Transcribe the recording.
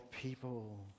people